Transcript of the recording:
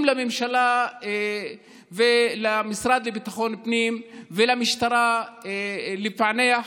לממשלה ולמשרד לביטחון פנים ולמשטרה לפענח